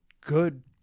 good